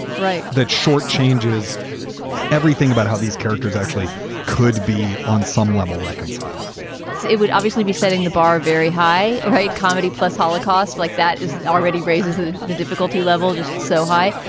right. that short changes everything about how these characters actually could be on some level reconciled it would obviously be setting the bar very high. right. comedy plus holocaust like that is already raises ah the difficulty level just so high.